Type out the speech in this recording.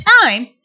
time